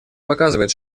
показывает